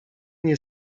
nie